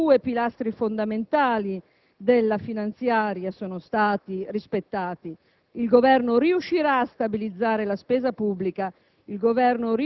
Si è parlato oggi di un clamoroso sistema di marchette. Io che non posso vantare nessun successo sul capitolo delle marchette, perché